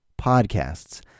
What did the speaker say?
Podcasts